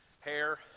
hair